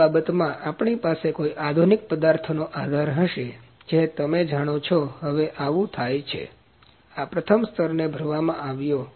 તે બાબત માં આપણી પાસે કોઈ આધુનિક પદાર્થોનો આધાર હશે જે તમે જાણો છો હવે આવું થાય છે આ પ્રથમ સ્તરને ભરવામાં આવ્યો હતો